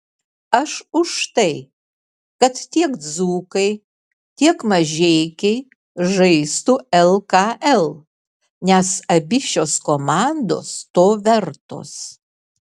aš už tai kad tiek dzūkai tiek mažeikiai žaistų lkl nes šios abi komandos to vertos